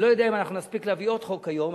אני לא יודע אם אנחנו נספיק להביא עוד חוק היום,